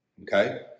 okay